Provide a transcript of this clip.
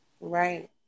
Right